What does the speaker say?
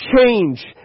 change